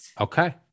Okay